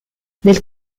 del